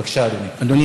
בבקשה, אדוני.